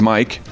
Mike